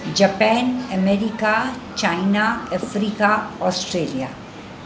Japan America China Africa Australia